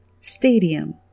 stadium